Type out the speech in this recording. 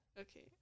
Okay